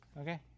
Okay